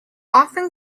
often